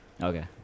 Okay